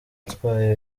atwaye